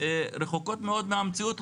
רחוקות מאוד מהמציאות,